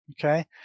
Okay